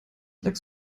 lecks